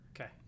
Okay